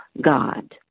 God